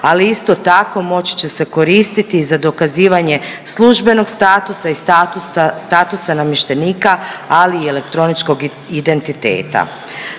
ali isto tako, moći će se koristiti i za dokazivanje službenog statusa i statusa namještenika, ali i elektroničkog identiteta.